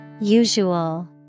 Usual